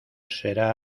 será